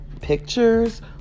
pictures